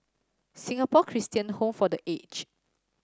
Singapore Christian Home for The Age